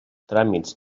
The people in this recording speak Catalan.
tràmits